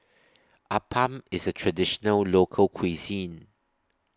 Appam IS A Traditional Local Cuisine